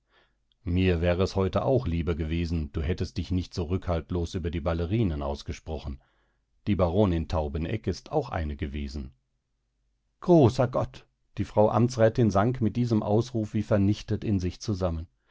mir wäre es heute auch lieber gewesen du hättest dich nicht so rückhaltslos über die ballerinen ausgesprochen die baronin taubeneck ist auch eine gewesen großer gott die frau amtsrätin sank mit diesem ausruf wie vernichtet in sich zusammen